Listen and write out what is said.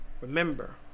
Remember